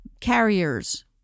carriers